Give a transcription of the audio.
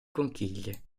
conchiglie